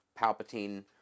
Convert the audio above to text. Palpatine